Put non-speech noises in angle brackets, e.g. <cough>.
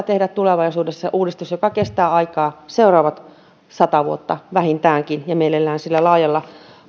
<unintelligible> tehdä tulevaisuudessa uudistus joka kestää aikaa vähintäänkin seuraavat sata vuotta ja mielellään laajalla